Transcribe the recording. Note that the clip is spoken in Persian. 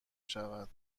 شود